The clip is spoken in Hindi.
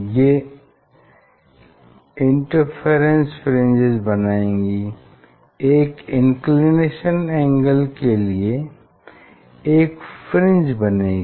ये इंटरफेरेंस फ्रिंजेस बनाएंगी एक इंक्लिनेशन एंगल के लिए एक फ्रिंज बनेगी